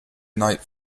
night